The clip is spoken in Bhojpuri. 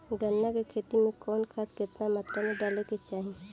गन्ना के खेती में कवन खाद केतना मात्रा में डाले के चाही?